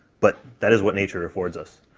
but that is what nature affords us.